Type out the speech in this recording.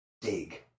Dig